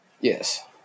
Yes